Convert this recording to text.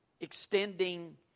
extending